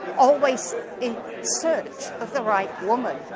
always in search of the right woman.